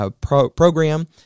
program